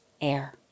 air